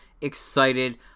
excited